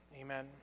Amen